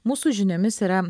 mūsų žiniomis yra